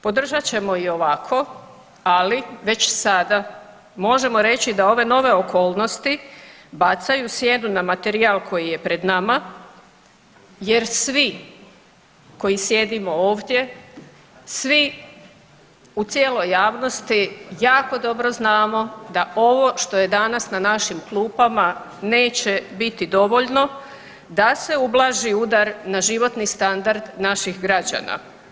Podržat ćemo i ovako, ali već sada možemo reći da ove nove okolnosti bacaju sjenu na materijal koji je pred nama jer svi koji sjedimo ovdje, svi u cijeloj javnosti jako dobro znamo da ovo što je danas na našim klupama neće biti dovoljno da se ublaži udar na životni standard naših građana.